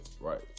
Right